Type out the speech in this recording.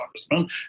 Congressman